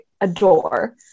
adore